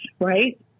right